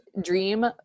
dream